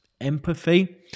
empathy